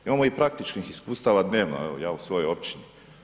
Imamo i praktičnih iskustava dnevno, evo ja u svojoj općini.